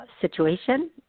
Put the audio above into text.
situation